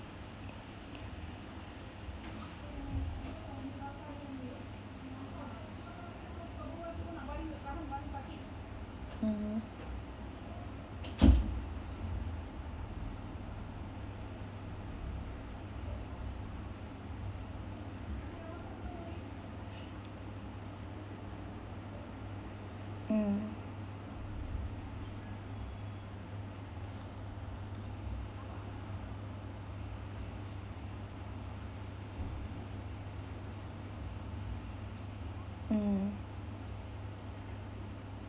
mmhmm mm mm